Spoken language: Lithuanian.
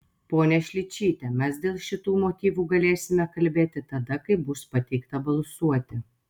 ponia šličyte mes dėl šitų motyvų galėsime kalbėti tada kai bus pateikta balsuoti